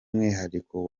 mwihariko